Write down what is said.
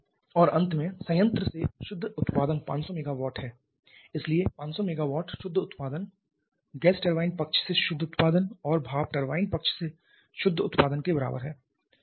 और अंत में संयंत्र से शुद्ध उत्पादन 500 MW है इसलिए 500 MW शुद्ध उत्पादन गैस टरबाइन पक्ष से शुद्ध उत्पादन और भाप टरबाइन पक्ष से शुद्ध उत्पादन के बराबर है